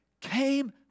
came